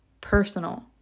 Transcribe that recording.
Personal